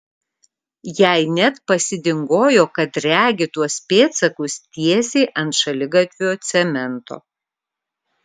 jai net pasidingojo kad regi tuos pėdsakus tiesiai ant šaligatvio cemento